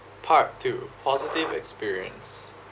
part two positive experience